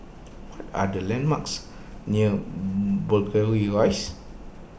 what are the landmarks near Rise